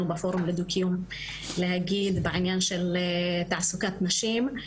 בפורום דו קיום להגיד בעניין של תעסוקת נשים.